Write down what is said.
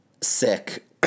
sick